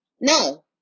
No